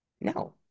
No